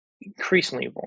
increasingly